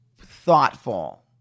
thoughtful